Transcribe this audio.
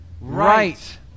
right